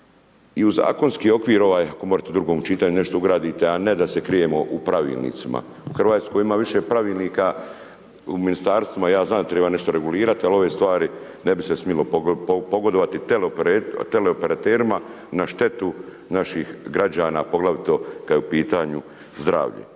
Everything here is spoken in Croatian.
i u zakonski okvir ovaj, ako možete u drugom čitanju nešto ugradite a ne da se krijemo u pravilnicima. U Hrvatskoj ima više pravilnika u ministarstvima, ja znam, treba nešto regulirati ali ove stvari ne bi se smjelo pogodovati teleoperaterima na štetu naših građana, poglavito kada je u pitanju zdravlje.